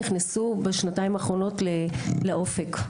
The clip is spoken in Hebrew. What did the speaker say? נכנסו בשנתיים האחרונות לאופק,